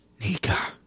Nika